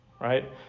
Right